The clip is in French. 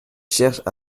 cherchent